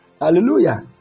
hallelujah